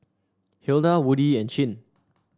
Hilda Woodie and Chin